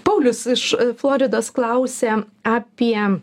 paulius iš floridos klausia apie